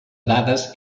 dades